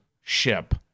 ship